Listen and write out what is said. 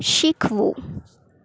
શીખવું